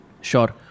Sure